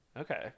Okay